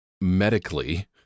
medically